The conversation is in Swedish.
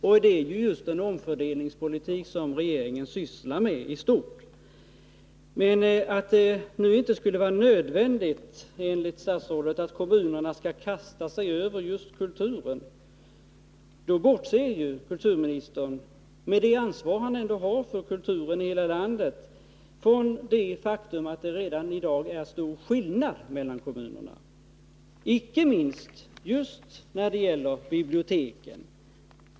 Och det är just en omfördelningspolitik i stort som regeringen sysslar med. När statsrådet anser att det inte nu skulle vara nödvändigt för kommunerna att kasta sig över just kulturen bortser han ju, med det ansvar som kulturministern ändå har för kulturen i det här landet, från det faktum att det redan i dag finns stora skillnader mellan kommunerna, icke minst just när det gäller biblioteken.